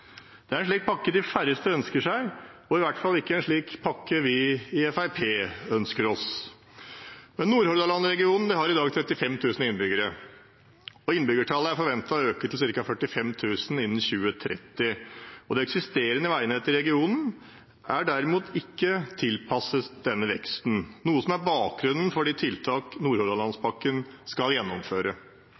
de færreste ønsker seg, og i hvert fall ikke en slik pakke vi i Fremskrittspartiet ønsker oss. Nordhordlands-regionen har i dag 35 000 innbyggere, og innbyggertallet er forventet å øke til ca. 45 000 innen 2030. Det eksisterende veinettet i regionen er derimot ikke tilpasset denne veksten, noe som er bakgrunnen for de tiltak Nordhordlandspakken skal gjennomføre.